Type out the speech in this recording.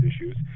issues